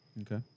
Okay